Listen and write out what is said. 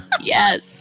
Yes